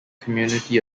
community